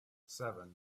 seven